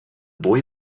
boy